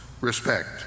respect